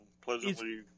Pleasantly –